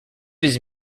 his